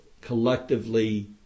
collectively